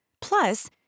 Plus